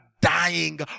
dying